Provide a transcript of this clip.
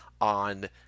on